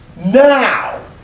Now